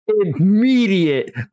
immediate